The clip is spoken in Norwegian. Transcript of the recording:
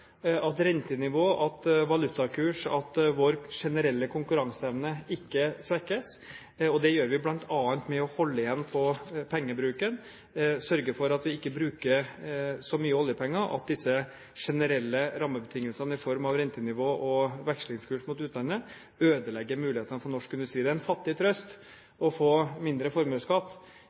at rentenivået, valutakurs og vår generelle konkurranseevne ikke svekkes. Det gjør vi bl.a. ved å holde igjen på pengebruken, sørge for at vi ikke bruker så mye oljepenger at disse generelle rammebetingelsene i form av rentenivå og vekslingskurs mot utlandet ødelegger mulighetene for norsk industri. Det er en fattig trøst å få mindre formuesskatt